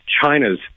China's